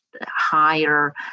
higher